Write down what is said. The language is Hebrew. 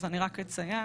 אני רק אציין.